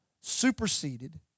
superseded